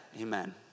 Amen